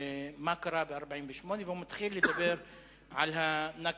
מה קרה ב-1948 והוא מתחיל לדבר על ה"נכבה"?